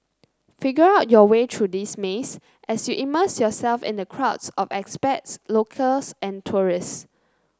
figure out your way through this maze as you immerse yourself in the crowds of expats locals and tourists